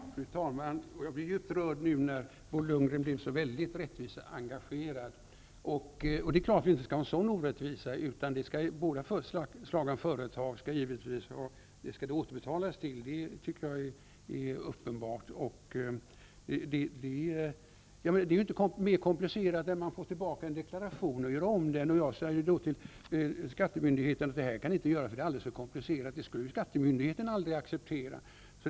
Fru talman! Jag blir djupt rörd när Bo Lundgren nu blir så väldigt rättviseengagerad. Vi skall givetvis inte ha en orättvisa av det slag som Bo Lundgren talade om, utan återbetalningen skall förstås gälla alla företag. Det här är inte mer komplicerat än om jag gjort något fel i min deklaration och av taxeringsmyndigheten får föreläggande om att göra om deklarationen. Om jag svarar att det blir för komplicerat, accepteras det naturligtvis inte av myndigheten.